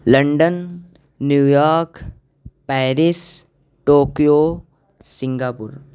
London New York Paris Tokyo Singapore